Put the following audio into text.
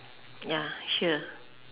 ya sure